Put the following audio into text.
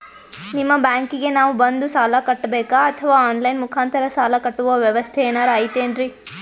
ನಿಮ್ಮ ಬ್ಯಾಂಕಿಗೆ ನಾವ ಬಂದು ಸಾಲ ಕಟ್ಟಬೇಕಾ ಅಥವಾ ಆನ್ ಲೈನ್ ಮುಖಾಂತರ ಸಾಲ ಕಟ್ಟುವ ವ್ಯೆವಸ್ಥೆ ಏನಾರ ಐತೇನ್ರಿ?